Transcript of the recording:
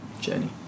journey